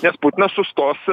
nes putinas sustos